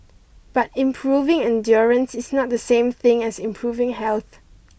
but improving endurance is not the same thing as improving health